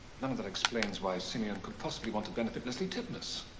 none of that explains why simeon could possibly want to benefit leslie titmuss.